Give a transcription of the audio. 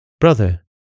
Brother